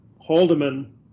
Haldeman